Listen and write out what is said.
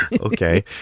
Okay